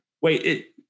Wait